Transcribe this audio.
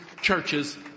churches